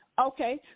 Okay